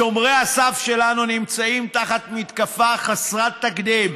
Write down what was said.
שומרי הסף שלנו נמצאים תחת מתקפה חסרת תקדים,